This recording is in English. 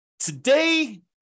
Today